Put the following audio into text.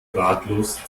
ratlos